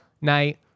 night